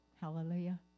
Hallelujah